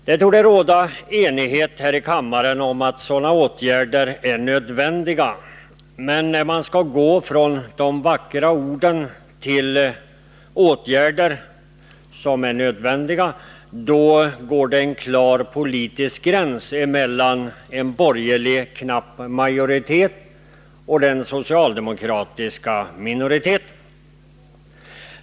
Det torde råda enighet i kammaren om att sådana åtgärder är nödvändiga, men när det gäller att gå från vackra ord till insatser finns det en klar politisk gräns mellan en borgerlig knapp majoritet och en socialdemokratisk minoritet.